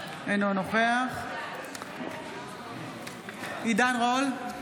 אינו נוכח עידן רול,